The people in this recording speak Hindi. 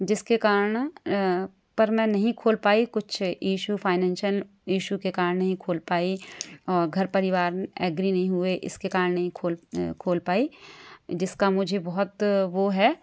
जिसके कारण पर मैं नहीं खोल पाई कुछ इसु फाइनेंशियल इसु के कारण नहीं खोल पाई और घर परिवार एग्री नहीं हुए इसके कारण नहीं खोल पाए जिसका मुझे बहुत वो है